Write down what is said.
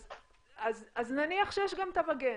אז נניח שיש גם את המגן,